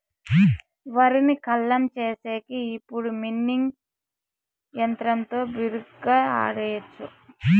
వరిని కల్లం చేసేకి ఇప్పుడు విన్నింగ్ యంత్రంతో బిరిగ్గా ఆడియచ్చు